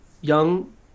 young